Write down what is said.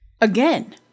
Again